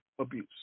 abuse